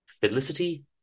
Felicity